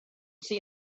see